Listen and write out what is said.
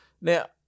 Now